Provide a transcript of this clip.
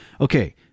okay